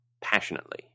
passionately